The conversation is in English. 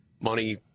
money